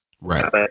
right